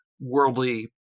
worldly